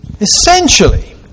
Essentially